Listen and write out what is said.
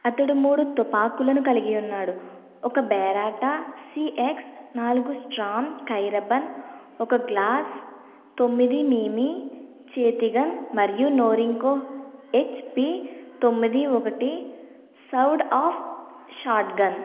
అతను మూడు తుపాకులను కలిగి ఉన్నాడు ఒక బెరెట్టా సిఎక్స్ నాలుగు స్టార్మ్ కైరబన్ ఒక గ్లాక్ తొమ్మిది మీమీ చేతి గన్ మరియు నోరింకో ఎచ్పి తొమ్మిది ఒకటి సౌడ్ ఆఫ్ షాట్గన్